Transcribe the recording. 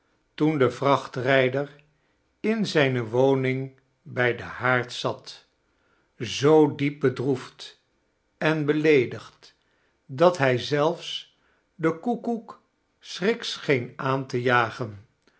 toen de vraohtrijdesr in zijne woning bij den haard zat zoo diep bedroefd en beleedigd dat liij zelfs den koekoek schrik scheen aan te jagen